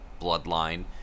bloodline